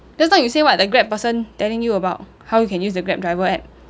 just now you say what the grab person telling you about how you can use the grab driver app